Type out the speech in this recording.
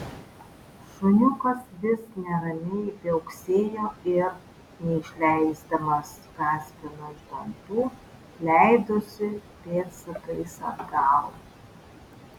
šuniukas vis neramiai viauksėjo ir neišleisdamas kaspino iš dantų leidosi pėdsakais atgal